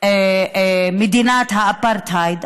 מדינת האפרטהייד,